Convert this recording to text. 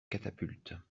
catapultes